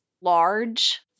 large